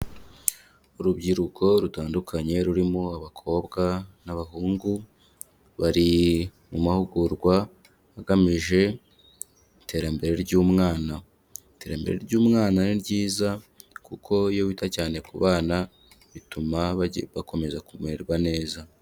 Urubyiruko rutandukanye rurimo abakobwa n'abahungu, bari mu mahugurwa agamije iterambere ry'umwana. Iterambere ry'umwana ni ryiza, kuko iyo wita cyane ku bana bituma bakomeza kumererwa neza.